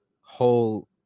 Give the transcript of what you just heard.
whole